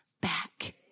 back